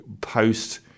post